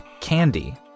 Candy